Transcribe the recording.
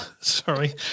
Sorry